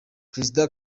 perezida